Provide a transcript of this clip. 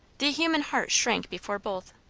the human heart shrank before both.